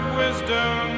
wisdom